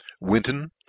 Winton